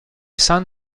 san